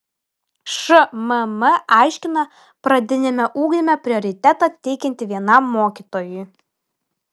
šmm aiškina pradiniame ugdyme prioritetą teikianti vienam mokytojui